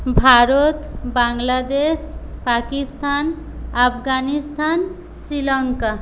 Bharat Bangladesh Pakistan Afghanistan Sri Lanka